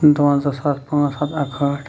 دَُوَنزاہ ساس پانٛژھ ہَتھ اکہ ہٲٹھ